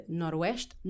noroeste